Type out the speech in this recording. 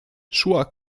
szła